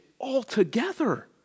altogether